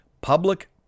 Public